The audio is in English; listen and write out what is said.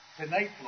tonight